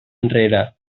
enrere